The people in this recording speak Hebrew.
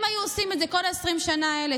אם היו עושים את זה כל 20 השנה האלה,